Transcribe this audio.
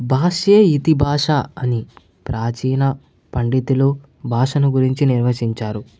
భాషే ఇతి భాష అని ప్రాచీన పండితులు భాషను గురించి నిర్వచించారు